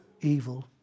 evil